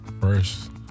First